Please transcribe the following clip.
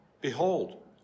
Behold